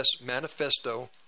manifesto